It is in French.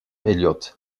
elliott